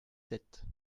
sept